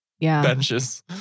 benches